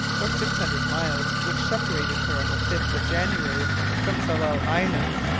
or six hundred miles, which separated her on the fifth of january from tsalal island,